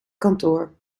kantoor